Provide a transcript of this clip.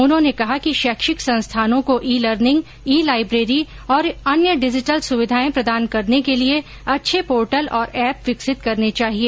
उन्होंने कहा है कि शैक्षिक संस्थानों को ई लर्निंग ई लाइब्रेरी और अन्य डिजिटल सुविधाए प्रदान करने को लिए अच्छे पोर्टल और ऐप विकसित करने चाहिए